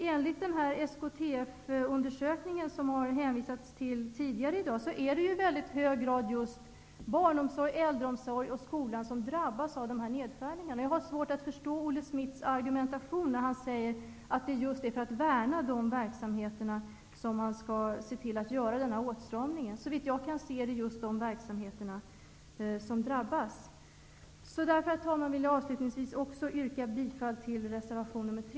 Enligt SKTF-undersökningen, som det hänvisats till tidigare i debatten, är det i väldigt hög grad just barnomsorg, äldreomsorg och skola som drabbas av nedskärningarna. Jag har svårt att förstå Olle Schmidts argumentation när han säger att det är för att värna om dessa verksamheter som man skall se till att göra dessa åtstramningar. Såvitt jag kan se är det just dessa verksamheter som drabbas. Därför vill jag, herr talman, avslutningsvis yrka bifall till reservation 3.